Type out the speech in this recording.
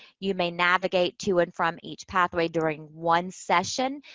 you may navigate to and from each pathway during one session.